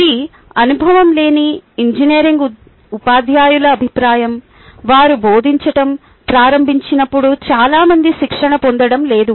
అది అనుభవం లేని ఇంజనీరింగ్ ఉపాధ్యాయుల అభిప్రాయం వారు బోధించటం ప్రారంభించినప్పుడు చాలా మంది శిక్షణ పొందడం లేదు